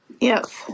Yes